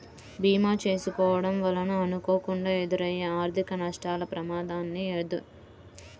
భీమా చేసుకోడం వలన అనుకోకుండా ఎదురయ్యే ఆర్థిక నష్టాల ప్రమాదాన్ని నిరోధించవచ్చు